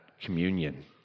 communion